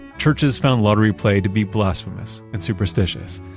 churches found lottery play to be blasphemous and superstitious.